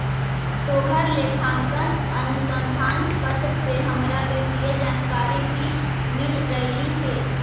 तोहर लेखांकन अनुसंधान पत्र से हमरा वित्तीय जानकारी भी मिल गेलई हे